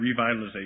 revitalization